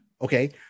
okay